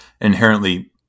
inherently